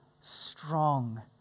strong